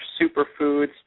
superfoods